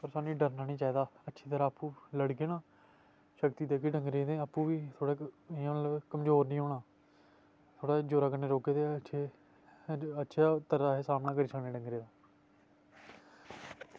पर साह्नू डरना निं चाहिदा अच्छी तरह् आपूं लड़गे न शक्ति देह्गे डंगरें ते आपूं बी थोह्ड़े इ'यां मतलब कमजोर निं होना थोह्ड़ा जोरा कन्नै रौह्गे ते अच्छी तरह् अस सामना करी सकने डंगरें दा